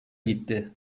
gitti